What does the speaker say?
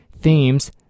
themes